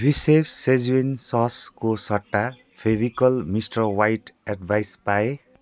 बिशेष सेज्वान ससको सट्टा फेभिकोल मिस्टर ह्वाइट एड्भाइस पाएँ